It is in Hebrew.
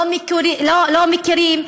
לא מכירים.